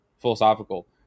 philosophical